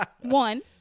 One